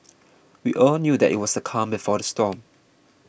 we all knew that it was the calm before the storm